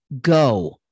go